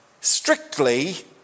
strictly